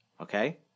okay